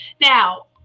Now